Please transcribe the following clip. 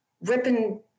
ripping